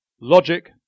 Logic